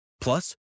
Plus